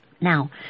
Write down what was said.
Now